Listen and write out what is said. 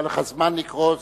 היה לך זמן לקרוא.